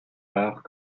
parts